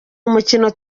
umukino